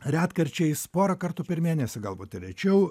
retkarčiais porą kartų per mėnesį galbūt ir rečiau